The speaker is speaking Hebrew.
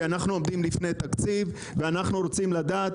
כי אנחנו עומדים לפני תקציב ואנחנו רוצים לדעת